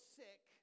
sick